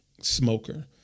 smoker